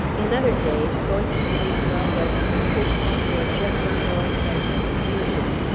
in other days, going to greenwell was the signal for general noise and confusion.